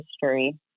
history